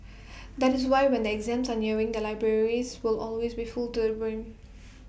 that is why when the exams are nearing the libraries will always be filled to the brim